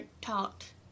taught